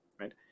right